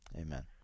Amen